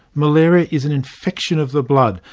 malaria is an infection of the blood,